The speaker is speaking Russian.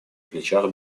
плечах